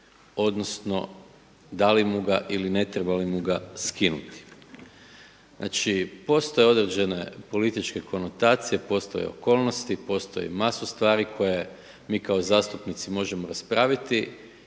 odnosno da li mu ga ili ne treba li mu ga skinuti. Znači, postoje određene političke konotacije, postoje okolnosti, postoji masu stvari koje mi kao zastupnici možemo raspraviti